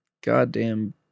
goddamn